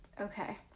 Okay